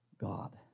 God